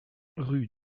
rue